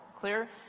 clear?